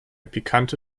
pikante